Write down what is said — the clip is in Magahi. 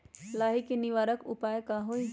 लाही के निवारक उपाय का होई?